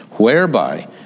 whereby